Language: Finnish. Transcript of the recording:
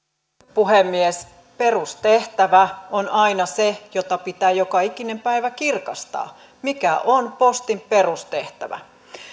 puhemies perustehtävä on aina se mitä pitää joka ikinen päivä kirkastaa mikä on postin perustehtävä